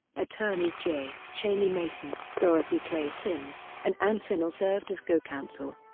attorneys j. cheney mason, dorothy clay sims, and ann finnell served as co-counsel.